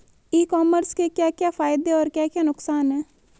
ई commerce के क्या क्या फायदे और क्या क्या नुकसान है?